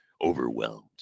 overwhelmed